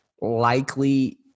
likely